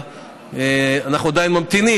אנחנו עדיין ממתינים,